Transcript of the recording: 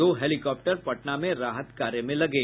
दो हेलीकॉप्टर पटना में राहत कार्य में लगे